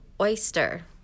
Oyster